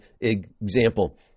example